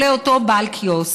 לאותו בעל קיוסק,